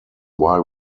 why